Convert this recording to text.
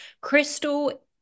Crystal